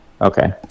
Okay